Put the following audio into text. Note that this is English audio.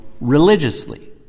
religiously